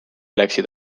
läksid